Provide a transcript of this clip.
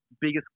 biggest